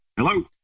Hello